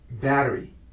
battery